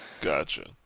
Gotcha